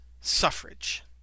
suffrage